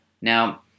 Now